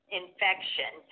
infection